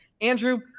Andrew